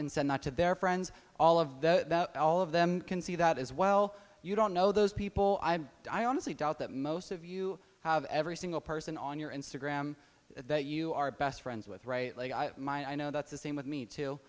instead not to their friends all of that all of them can see that as well you don't know those people i'm i honestly doubt that most of you have every single person on your instagram that you are best friends with right like i might i know that's the same with me too